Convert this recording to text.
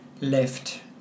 left